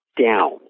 down